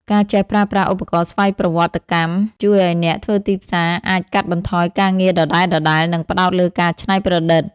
ការចេះប្រើប្រាស់ឧបករណ៍ស្វ័យប្រវត្តិកម្ម ជួយឱ្យអ្នកធ្វើទីផ្សារអាចកាត់បន្ថយការងារដដែលៗ និងផ្ដោតលើការច្នៃប្រឌិត។